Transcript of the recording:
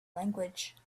language